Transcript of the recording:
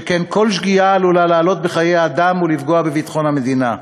שכן כל שגיאה עלולה לעלות בחיי אדם ולפגוע בביטחון המדינה.